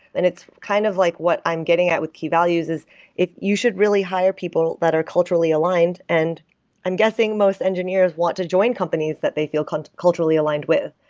and it's kind of like what i'm getting at with key values, is you should really hire people that are culturally aligned and i'm guessing most engineers want to join companies that they feel kind of culturally aligned with.